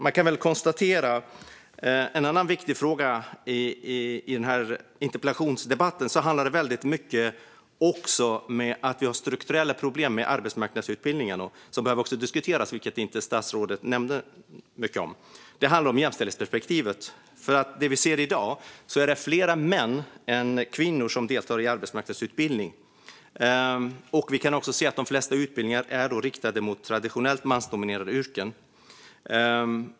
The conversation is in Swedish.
En annan viktig fråga i denna interpellationsdebatt är att vi har strukturella problem med arbetsmarknadsutbildningen som behöver diskuteras, vilket statsrådet inte nämnde mycket om. Det handlar om jämställdhetsperspektivet. Det vi ser i dag är att det är fler män än kvinnor som deltar i arbetsmarknadsutbildning. Vi kan också se att de flesta utbildningar är riktade mot traditionellt mansdominerade yrken.